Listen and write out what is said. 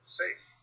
safe